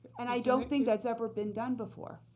and i don't think that's ever been done before.